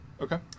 Okay